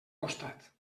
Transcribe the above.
costat